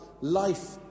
life